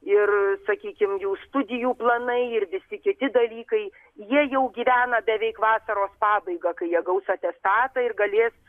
ir sakykim jų studijų planai ir visi kiti dalykai jie jau gyvena beveik vasaros pabaiga kai jie gaus atestatą ir galės